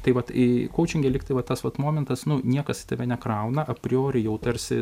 tai vat i kaučinge lygtai va tas vat momentas nu niekas į tave nekrauna apriori jau tarsi